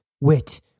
Wit